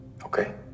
Okay